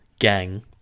gang